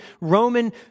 Roman